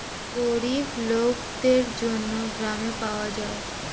গরিব লোকদের জন্য গ্রামে পাওয়া যায়